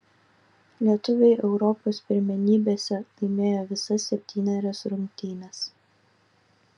lietuviai europos pirmenybėse laimėjo visas septynerias rungtynes